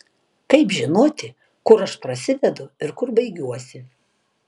kaip žinoti kur aš prasidedu ir kur baigiuosi